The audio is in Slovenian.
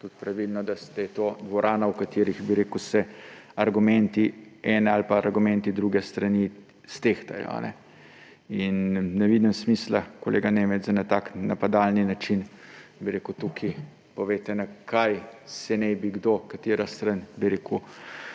tudi pravilno, da ste v tej dvorani, v kateri se argumenti ene ali pa argumenti druge strani stehtajo. In ne vidim smisla, kolega Nemec, za en tak napadalni način, tukaj povejte, na kaj se naj bi kdo, katera stran podprla.